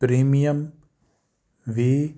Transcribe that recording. premium we